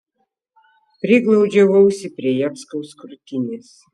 priglaudžiau ausį prie jackaus krūtinės